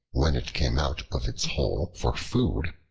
when it came out of its hole for food,